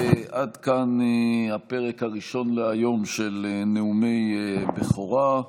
עד כאן הפרק הראשון להיום של נאומי בכורה.